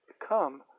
become